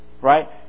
right